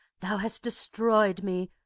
thou hast destroyed me,